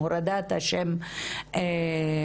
הורדת השם מהגשר,